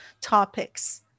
topics